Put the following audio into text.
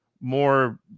more